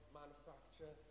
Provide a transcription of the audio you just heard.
manufacture